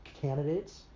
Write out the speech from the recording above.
candidates